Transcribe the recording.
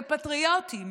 פניות של פטריוטים